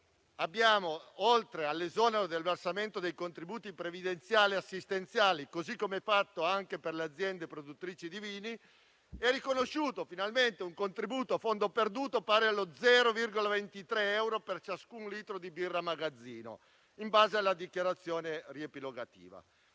dinieghi, oltre all'esonero del versamento dei contributi previdenziali e assistenziali, così come fatto anche per le aziende produttrici di vini, abbiamo riconosciuto finalmente un contributo a fondo perduto pari a 0,23 euro per ciascun litro di birra magazzino in base alla dichiarazione riepilogativa.